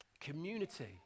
community